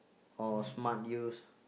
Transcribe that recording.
or smart use